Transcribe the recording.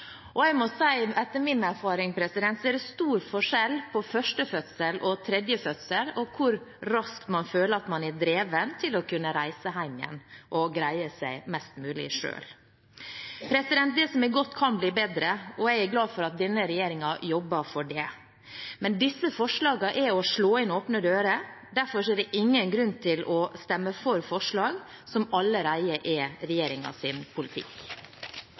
Jeg må si at etter min erfaring er det stor forskjell på førstefødsel og tredjefødsel og hvor raskt man føler at man er dreven til å kunne reise hjem igjen og greie seg mest mulig selv. Det som er godt, kan bli bedre, og jeg er glad for at denne regjeringen jobber for det. Men disse forslagene er å slå inn åpne dører. Det er ingen grunn til å stemme for forslag som allerede er regjeringens politikk.